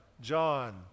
john